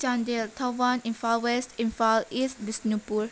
Chandel Thoubal Imphal west Imphal east Bishnupur